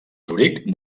zuric